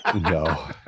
No